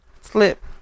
slip